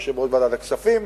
יושב-ראש ועדת הכספים,